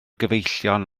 gyfeillion